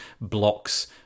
blocks